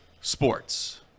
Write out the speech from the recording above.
Sports